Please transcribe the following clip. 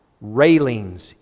railings